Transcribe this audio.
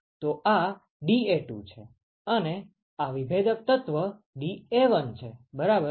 તો આ dA2 છે અને આ વિભેદક તત્વ dA1 છે બરાબર